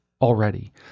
already